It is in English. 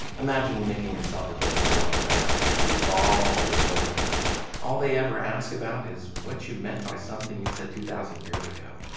imagine making yourself available on the internet to all your children and all they ever ask about is what you meant by something you said two thousand years ago.